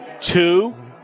two